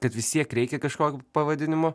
kad vis tiek reikia kažkokio pavadinimo